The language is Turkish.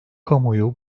kamuoyu